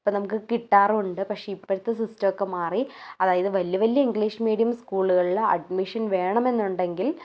അപ്പോൾ നമുക്ക് കിട്ടാറുണ്ട് പക്ഷെ ഇപ്പോഴത്തെ സിസ്റ്റം ഒക്കെ മാറി അതായത് വലിയ വലിയ ഇംഗ്ലീഷ് മീഡിയം സ്കൂളുകളിൽ അഡ്മിഷൻ വേണമൊന്നെണ്ടെങ്കിൽ